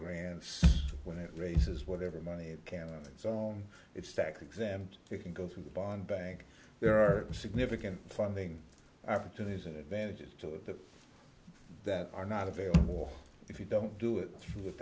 grants when it raises whatever money it can so on it's tax exempt you can go through the bond bank there are significant funding opportunities and advantages to that are not available if you don't do it through with